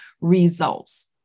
results